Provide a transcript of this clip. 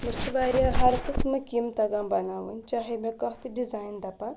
مےٚ چھُ واریاہ ہر قٕسمٕکۍ یِم تَگان بَناوٕنۍ چاہے مےٚ کانٛہہ تہِ ڈِزاین دَپَن